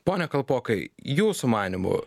pone kalpokai jūsų manymu